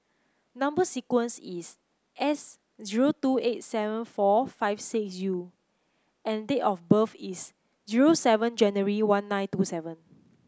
number sequence is S zero two eight seven four five six U and date of birth is zero seven January one nine two seven